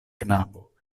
knabo